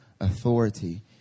authority